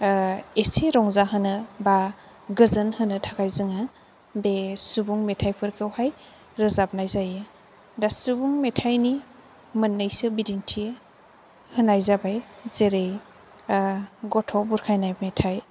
एसे रंजाहोनो बा गोजोन होनो थाखाय जोङो बे सुबुं मेथाइफोरखौहाय रोजाबनाय जायो दा सुबुं मेथाइनि मोननैसो बिदिन्थि होनाय जाबाय जेरै गथ' बुरखायनाय मेथाइ